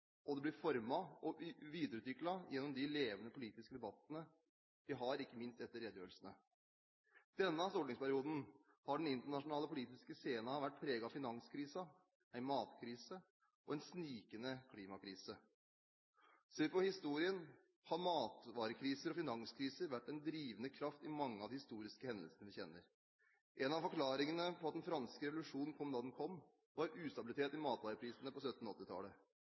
og de blir formet og videreutviklet gjennom de levende politiske debattene vi har, ikke minst etter redegjørelsene. I denne stortingsperioden har den internasjonale politiske scenen vært preget av finanskrisen, en matkrise og en snikende klimakrise. Ser vi på historien, har matvarekriser og finanskriser vært den drivende kraft i mange av de historiske hendelsene vi kjenner. En av forklaringene på at den franske revolusjon kom da den kom, var ustabilitet i matvareprisene på